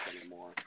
anymore